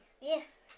Yes